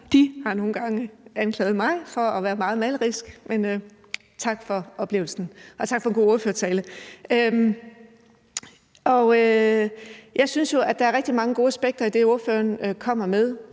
har nogle gange anklaget mig for at være meget malerisk – men tak for oplevelsen. Og tak for en god ordførertale. Jeg synes jo, at der er rigtig mange aspekter i det, ordføreren kommer med.